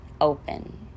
open